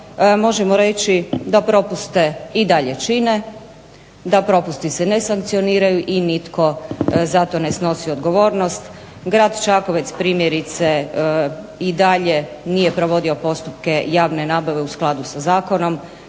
možemo reći da propuste i dalje čine da se propusti se ne sankcioniraju i nitko za to ne snosi odgovornost. Grad Čakovec primjerice nije provodio postupke javne nabave u skladu sa zakonom,